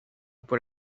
por